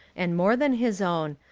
and more than his own,